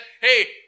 hey